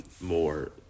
more